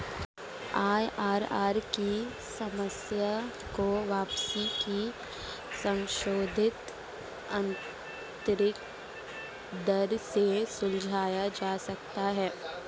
IRR की समस्या को वापसी की संशोधित आंतरिक दर से सुलझाया जा सकता है